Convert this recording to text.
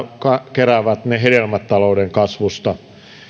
keräävät ne hedelmät talouden kasvusta